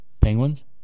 Penguins